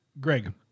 Greg